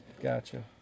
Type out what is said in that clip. Gotcha